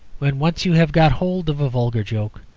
when once you have got hold of a vulgar joke,